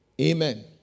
Amen